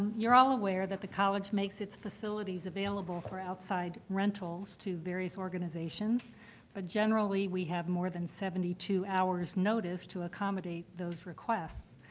you're all aware that the college makes its facilities available for outside rentals to various organizations but ah generally we have more than seventy two hours notice to accommodate those requests.